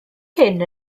hyn